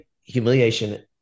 humiliation